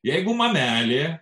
jeigu mamelė